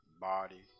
body